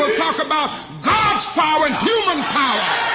ah talk about god's power and human power.